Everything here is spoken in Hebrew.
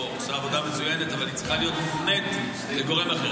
עושה עבודה מצוינת אבל היא צריכה להיות מופנית לגורם אחר.